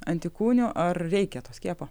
antikūnių ar reikia to skiepo